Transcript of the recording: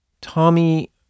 Tommy